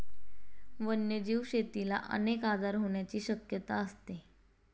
वन्यजीव शेतीला अनेक आजार होण्याची शक्यता असते